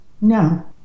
No